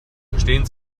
verstehen